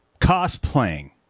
Cosplaying